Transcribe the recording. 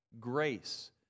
Grace